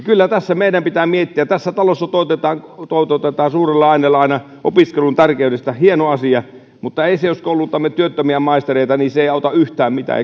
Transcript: kyllä tässä meidän pitää miettiä tässä talossa toitotetaan toitotetaan suurella äänellä aina opiskelun tärkeyttä hieno asia mutta ei se jos koulutamme työttömiä maistereita auta yhtään mitään